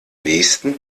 nächsten